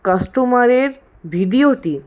কাস্টমারের ভিডিওটি